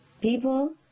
people